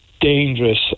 dangerous